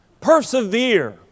Persevere